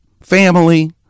family